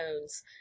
tones